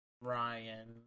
Ryan